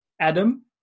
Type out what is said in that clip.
Adam